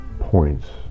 points